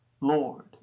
Lord